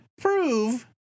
prove